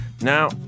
Now